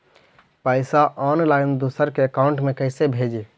पैसा ऑनलाइन दूसरा के अकाउंट में कैसे भेजी?